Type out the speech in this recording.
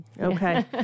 okay